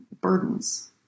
burdens